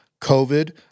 COVID